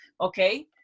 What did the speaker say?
Okay